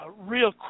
real